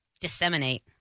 Disseminate